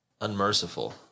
unmerciful